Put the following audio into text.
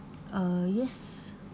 uh yes